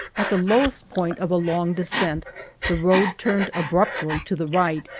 at the lowest point of a long descent the road turned abruptly to the right,